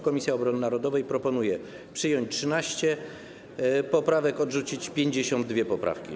Komisja Obrony Narodowej proponuje przyjąć 13 poprawek, odrzucić 52 poprawki.